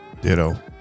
Ditto